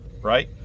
right